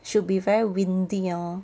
should be very windy hor